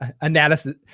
Analysis